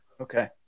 Okay